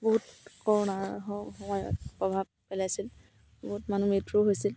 বহুত কৰোণাৰ সময়ত প্ৰভাৱ পেলাইছিল বহুত মানুহৰ মৃত্যু হৈছিল